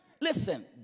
Listen